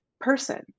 person